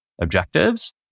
objectives